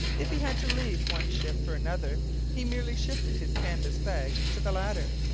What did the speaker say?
if he had to leave one ship for another he merely shifted his canvas bag to the latter,